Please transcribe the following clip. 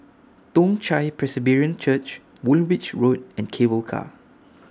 Toong Chai Presbyterian Church Woolwich Road and Cable Car